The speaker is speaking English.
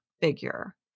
figure